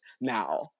now